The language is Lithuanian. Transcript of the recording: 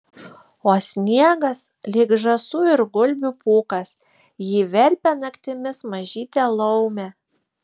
o sniegas lyg žąsų ir gulbių pūkas jį verpia naktimis mažytė laumė